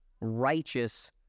Righteous